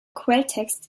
quelltext